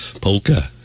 polka